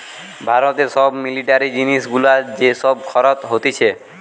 ভারতে সব মিলিটারি জিনিস গুলার যে সব খরচ হতিছে